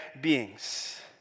beings